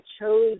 chose